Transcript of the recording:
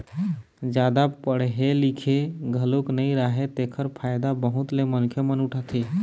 जादा पड़हे लिखे घलोक नइ राहय तेखर फायदा बहुत ले मनखे मन उठाथे